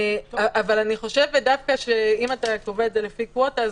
אבל אני חושבת דווקא שאם אתה קובע את זה לפי קווטה,